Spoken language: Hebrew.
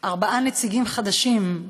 ארבעה נציגים חדשים,